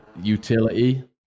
utility